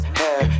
hair